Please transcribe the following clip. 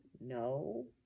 No